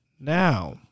now